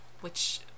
Which-